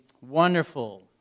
wonderful